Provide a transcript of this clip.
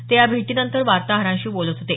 ते या भेटीनंतर वार्ताहरांशी बोलत होते